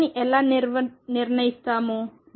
మనం Cn ని ఎలా నిర్ణయిస్తాము